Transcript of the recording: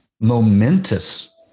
momentous